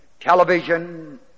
television